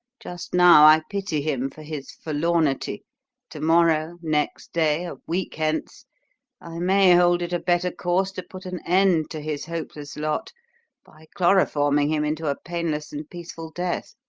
just now i pity him for his forlornity to-morrow next day a week hence i may hold it a better course to put an end to his hopeless lot by chloroforming him into a painless and peaceful death.